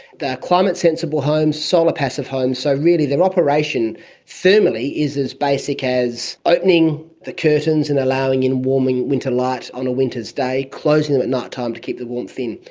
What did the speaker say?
they are climate sensible homes, solar passive homes, so really their operation thermally is as basic as opening the curtains and allowing in warming winter light on a winter's day, closing them at night-time to keep the warmth in.